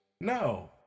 No